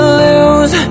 lose